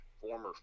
former